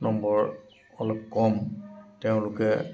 number অলপ কম তেওঁলোকে